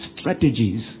strategies